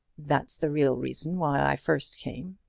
that's the real reason why i first came.